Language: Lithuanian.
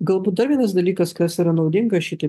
galbūt dar vienas dalykas kas yra naudinga šitai